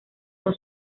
con